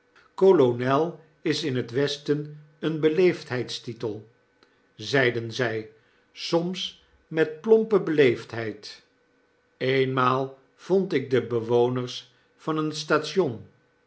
kolonel is in het westen een beleefdheidstitel zeiden zy soms met plompe beleefdheid eenmaal vond ik de bewoners van een station